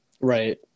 Right